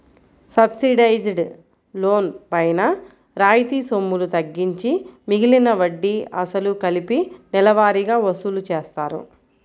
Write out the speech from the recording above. subsidised loan పైన రాయితీ సొమ్ములు తగ్గించి మిగిలిన వడ్డీ, అసలు కలిపి నెలవారీగా వసూలు చేస్తారు